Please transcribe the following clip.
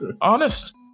honest